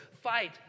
Fight